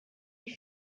die